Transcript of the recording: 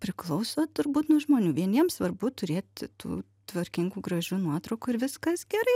priklauso turbūt nuo žmonių vieniem svarbu turėt tų tvarkingų gražių nuotraukų ir viskas gerai